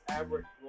average